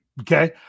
Okay